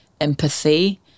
empathy